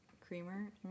creamer